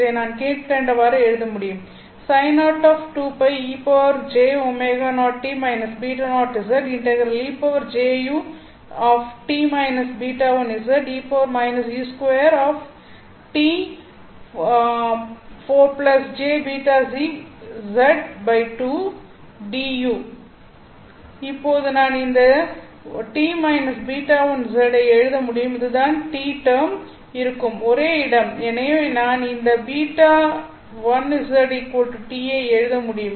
இதை நான் கீழ்க்கண்டவாறு எழுதமுடியும் இப்போது நான் இந்த t β1z ஐ எழுத முடியும் இதுதான் "t" டேர்ம் இருக்கும் ஒரே இடம் எனவே நான் இந்த β1zτ ஐ எழுத முடியும்